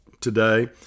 today